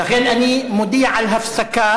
לכן אני מודיע על הפסקה.